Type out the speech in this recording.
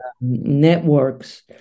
networks